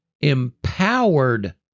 empowered